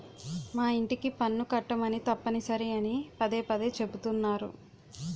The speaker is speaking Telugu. మా యింటికి పన్ను కట్టమని తప్పనిసరి అని పదే పదే చెబుతున్నారు